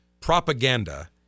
propaganda